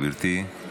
גברתי,